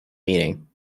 meeting